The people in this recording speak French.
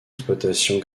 exploitations